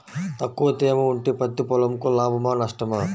తక్కువ తేమ ఉంటే పత్తి పొలంకు లాభమా? నష్టమా?